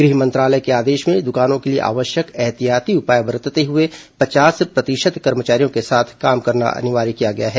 गृह मंत्रालय के आदेश में दुकानों के लिए आवश्यक ऐहतियाती उपाय बरतते हए पचास प्रतिशत कर्मचारियों के साथ काम करना अनिवार्य किया गया है